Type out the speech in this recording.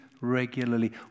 regularly